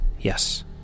Yes